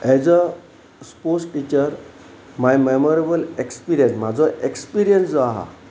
as a sports teacher my memorable experience म्हाजो experience जो आसा